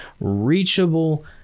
reachable